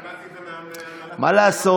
קיבלתי את זה במהלך, מה לעשות?